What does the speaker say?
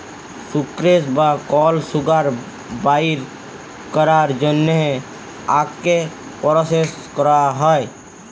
sucrose বা কল sugar বাইর ক্যরার জ্যনহে আখকে পরসেস ক্যরা হ্যয়